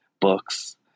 books